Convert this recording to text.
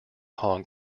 hong